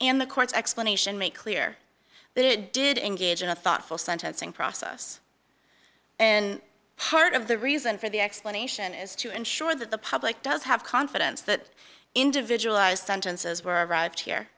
and the court's explanation make clear that it did engage in a thoughtful sentencing process and part of the reason for the explanation is to ensure that the public does have confidence that individualized sentences were arrived here